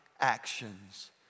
actions